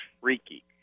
freaky